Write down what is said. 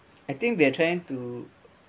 I think we are trying to